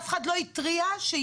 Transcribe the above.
אף אחד לא התריע שיש,